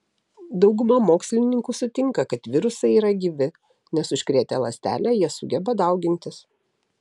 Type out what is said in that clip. dauguma mokslininkų sutinka kad virusai yra gyvi nes užkrėtę ląstelę jie sugeba daugintis